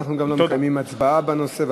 אנחנו גם לא מקיימים הצבעה בנושא.